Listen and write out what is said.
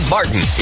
Martin